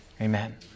Amen